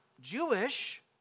Jewish